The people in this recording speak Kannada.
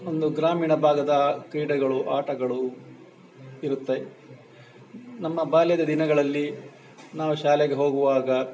ಒಂದು ಗ್ರಾಮೀಣ ಭಾಗದ ಕ್ರೀಡೆಗಳು ಆಟಗಳು ಇರುತ್ತೆ ನಮ್ಮ ಬಾಲ್ಯದ ದಿನಗಳಲ್ಲಿ ನಾವು ಶಾಲೆಗೆ ಹೋಗುವಾಗ